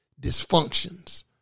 dysfunctions